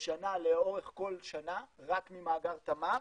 בשנה לאורך כל שנה, רק ממאגר תמר.